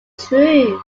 true